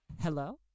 hello